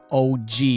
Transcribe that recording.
og